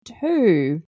two